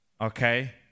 okay